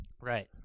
Right